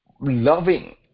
loving